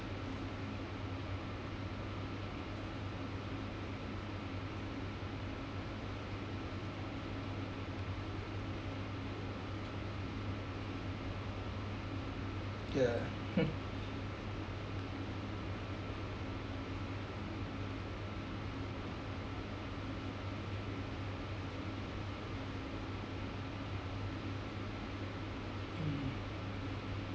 ya mm